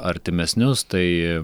artimesnius tai